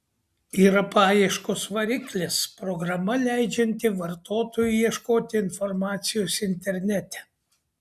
yra paieškos variklis programa leidžianti vartotojui ieškoti informacijos internete